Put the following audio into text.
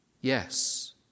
Yes